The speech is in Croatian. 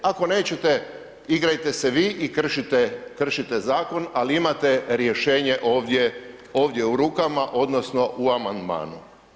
Ako nećete igrajte se vi i kršite, kršite zakon ali imate rješenje ovdje u rukama odnosno u amandmanu.